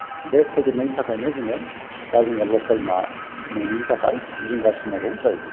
बे फोजोबनायनि थाखायनो जोङो दा जोंहा लकेल ना मोनैनि थाखाय जिंगा सिनांगौ जायो